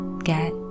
get